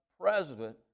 president